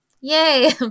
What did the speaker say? yay